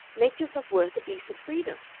make yourself worth a decent freedom.